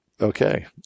okay